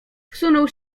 wsunął